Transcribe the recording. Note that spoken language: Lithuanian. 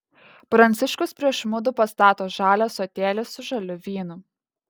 pranciškus prieš mudu pastato žalią ąsotėlį su žaliu vynu